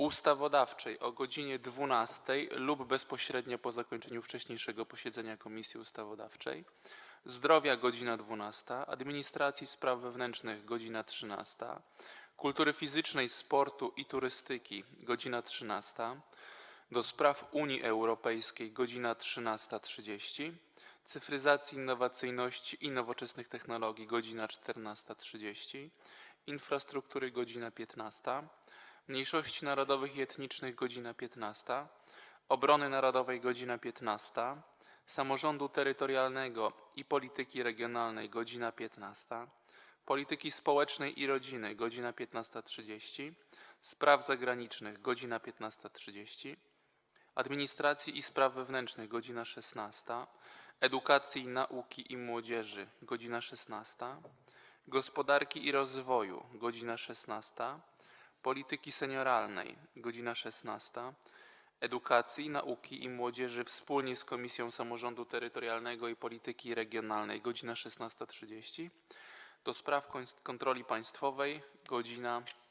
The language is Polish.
Ustawodawczej - godz. 12 lub bezpośrednio po zakończeniu wcześniejszego posiedzenia Komisji Ustawodawczej, - Zdrowia - godz. 12, - Administracji i Spraw Wewnętrznych - godz. 13, - Kultury Fizycznej, Sportu i Turystyki - godz. 13, - do Spraw Unii Europejskiej - godz. 13.30, - Cyfryzacji, Innowacyjności i Nowoczesnych Technologii - godz. 14.30, - Infrastruktury - godz. 15, - Mniejszości Narodowych i Etnicznych - godz. 15, - Obrony Narodowej - godz. 15, - Samorządu Terytorialnego i Polityki Regionalnej - godz. 15, - Polityki Społecznej i Rodziny - godz. 15.30, - Spraw Zagranicznych - godz. 15.30, - Administracji i Spraw Wewnętrznych - godz. 16, - Edukacji, Nauki i Młodzieży - godz. 16, - Gospodarki i Rozwoju - godz. 16, - Polityki Senioralnej - godz. 16, - Edukacji, Nauki i Młodzieży wspólnie z Komisją Samorządu Terytorialnego i Polityki Regionalnej - godz. 16.30, - do Spraw Kontroli Państwowej - godz. 18.